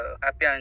happy